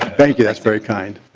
thank you that's very kind